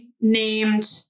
named